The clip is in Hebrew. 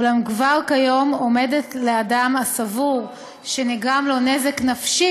אולם כבר כיום עומדת לאדם הסבור שנגרם לו נזק נפשי